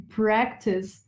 practice